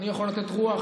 אני יכול לתת רוח,